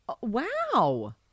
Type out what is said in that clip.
Wow